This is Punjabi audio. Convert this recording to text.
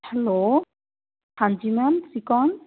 ਹੈਲੋ ਹਾਂਜੀ ਮੈਮ ਤੁਸੀਂ ਕੌਣ